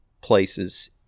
places